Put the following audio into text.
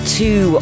two